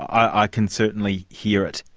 i can certainly hear it.